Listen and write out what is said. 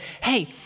hey